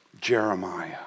Jeremiah